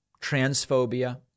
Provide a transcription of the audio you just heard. transphobia